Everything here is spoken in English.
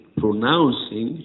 pronouncing